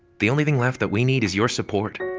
the only thing left that we need is your support.